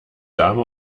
dame